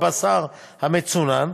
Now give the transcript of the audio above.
הבשר המצונן.